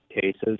cases